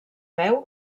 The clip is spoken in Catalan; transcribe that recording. veu